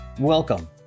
Welcome